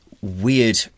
weird